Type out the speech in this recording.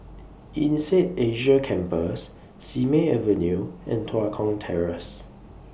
Insead Asia Campus Simei Avenue and Tua Kong Terrace